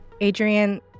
Adrian